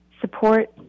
support